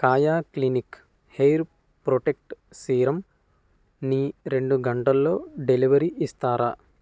కాయా clinic hair protect సీరమ్ని రెండు గంటల్లో డెలివరీ ఇస్తారా